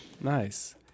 nice